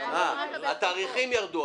התאריכים ירדו.